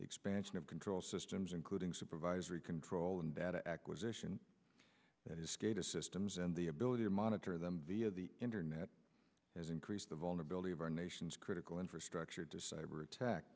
expansion of control systems including supervisory control and data acquisition that his status systems and the ability to monitor them via the internet has increased the vulnerability of our nation's critical infrastructure decide every attack